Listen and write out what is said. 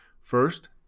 First